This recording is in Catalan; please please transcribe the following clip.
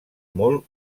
molt